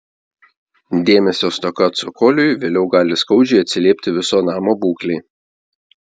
dėmesio stoka cokoliui vėliau gali skaudžiai atsiliepti viso namo būklei